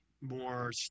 more